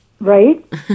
Right